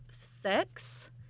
six